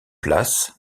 place